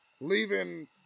leaving